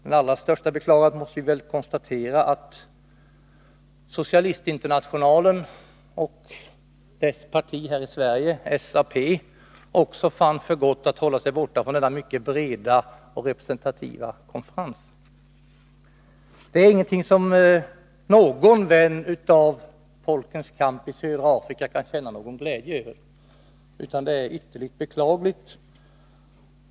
Med allra största beklagande måste vi konstatera att Socialistinternationalen och dess parti i Sverige, SAP, också fann för gott att hålla sig borta från denna mycket breda och representativa konferens. Ingen som stöder folkens kamp i södra Afrika kan känna någon glädje över detta, utan det är djupt beklagligt.